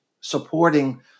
supporting